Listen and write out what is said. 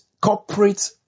corporate